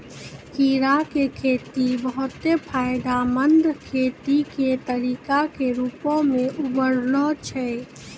कीड़ा के खेती बहुते फायदामंद खेती के तरिका के रुपो मे उभरलो छै